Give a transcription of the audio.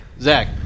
Zach